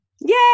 Yay